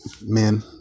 Men